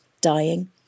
dying